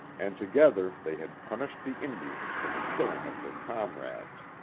and together they had punished the indians for the killing of their comrades.